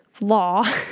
law